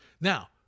Now